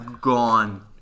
gone